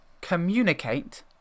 communicate